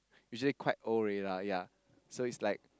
usually quite old already lah ya so is like